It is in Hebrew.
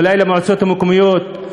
אולי למועצות המקומיות,